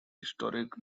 historic